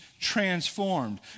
transformed